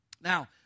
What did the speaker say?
Now